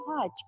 touch